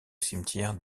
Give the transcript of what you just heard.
cimetière